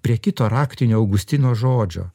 prie kito raktinio augustino žodžio